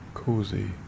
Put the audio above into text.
Cozy